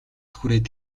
хүрээд